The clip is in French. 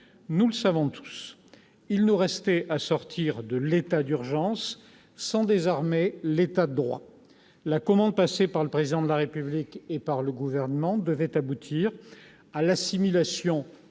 nous le savons tous. Il nous restait à sortir de l'état d'urgence sans désarmer l'État de droit. La commande passée par le Président de la République et par le Gouvernement devait aboutir à l'assimilation